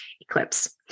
eclipse